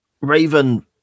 Raven